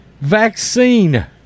vaccine